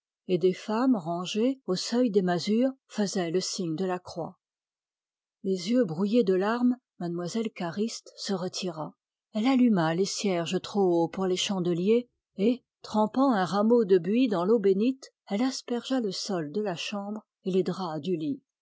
et des femmes rangées au seuil des masures faisaient le signe de la croix les yeux brouillés de larmes mlle cariste se retira elle alluma les cierges trop hauts pour les chandeliers et trempant un rameau de buis dans l'eau bénite elle aspergea le sol de la chambre et les draps du lit